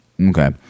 Okay